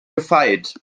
gefeit